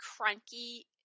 cranky